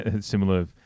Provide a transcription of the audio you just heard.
similar